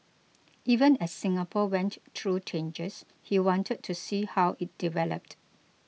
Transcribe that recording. even as Singapore went through changes he wanted to see how it developed